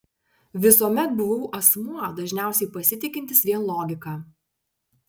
visuomet buvau asmuo dažniausiai pasitikintis vien logika